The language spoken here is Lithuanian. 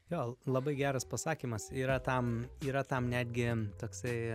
gal labai geras pasakymas yra tam yra tam netgi toksai